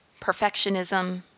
Perfectionism